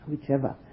whichever